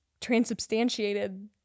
transubstantiated